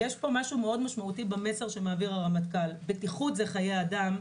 יש פה משהו מאוד משמעותי במסר שמעביר הרמטכ"ל בטיחות זה חיי אדם,